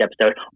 episode